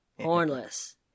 Hornless